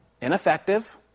ineffective